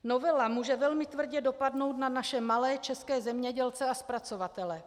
Novela může velmi tvrdě dopadnout na naše malé české zemědělce a zpracovatele.